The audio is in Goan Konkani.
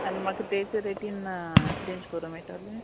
आनी म्हाका तेच रेटीन चेंज कोरूं मेटोलें